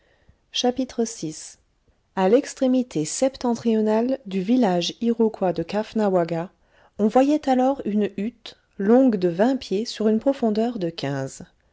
vi a l'extrémité septentrionale du village iroquois de caughnawaga on voyait alors une hutte longue de vingt pieds sur une profondeur de quinze